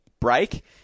break